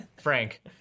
Frank